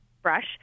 brush